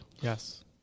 yes